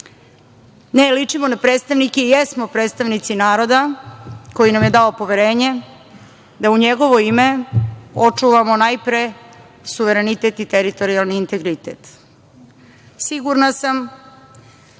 Ne, ličimo na predstavnike i jesmo predstavnici naroda koji nam je dao poverenje da u njegovo ime očuvamo najpre suverenitet i teritorijalni integritet. Sigurna sam